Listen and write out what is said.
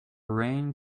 rain